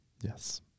Yes